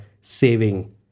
saving